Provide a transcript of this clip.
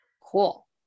Cool